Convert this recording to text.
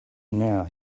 now